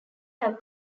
have